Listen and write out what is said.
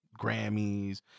Grammys